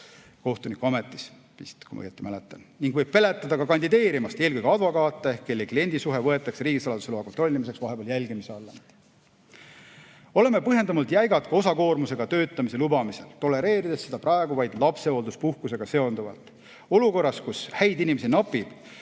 olnud, vist, kui ma õieti mäletan. See võib peletada ka kandideerimast, eelkõige advokaate, kelle kliendisuhe võetakse [enne] riigisaladusele [juurdepääsu] loa [andmist] jälgimise alla. Oleme põhjendamatult jäigad ka osakoormusega töötamise lubamisel, tolereerides seda praegu vaid lapsehoolduspuhkusega seonduvalt. Olukorras, kus häid inimesi napib,